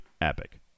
Epic